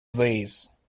vase